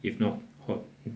if not ho~